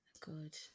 good